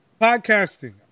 podcasting